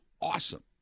awesome